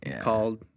called